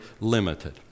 limited